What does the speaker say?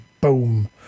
boom